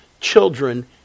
children